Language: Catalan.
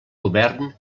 govern